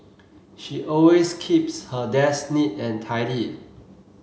she always keeps her desk neat and tidy